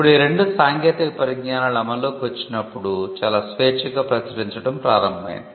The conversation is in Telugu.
ఇప్పుడు ఈ రెండు సాంకేతిక పరిజ్ఞానాలు అమల్లోకి వచ్చినప్పుడు చాలా స్వేచ్ఛగా ప్రచురించడం ప్రారంభమైంది